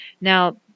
Now